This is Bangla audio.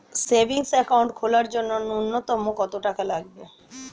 সেভিংস একাউন্ট খোলার জন্য নূন্যতম কত টাকা লাগবে?